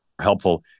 helpful